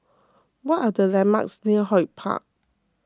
what are the landmarks near HortPark